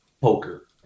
poker